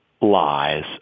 lies